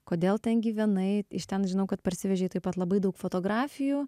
kodėl ten gyvenai iš ten žinau kad parsivežei taip pat labai daug fotografijų